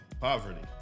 poverty